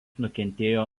nukentėjo